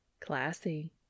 Classy